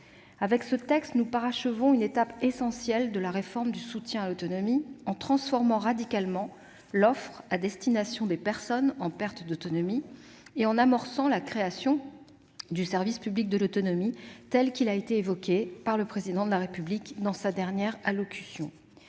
Avec ce texte, nous parachevons en effet une étape essentielle de la réforme du soutien à l'autonomie, en transformant radicalement l'offre à destination des personnes en perte d'autonomie et en amorçant la création du service public de l'autonomie tel qu'il a été évoqué par le Président de la République dans sa dernière allocution.